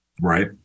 right